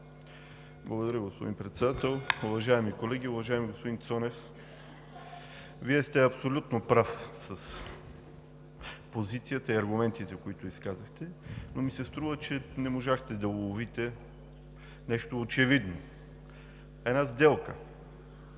Благодаря, господин Председател. Уважаеми колеги, уважаеми господин Цонев! Вие сте абсолютно прав с позицията и аргументите, които изказахте, но ми се струва, че не можахте да уловите нещо очевидно – една сделка.